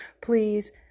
Please